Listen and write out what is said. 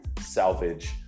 salvage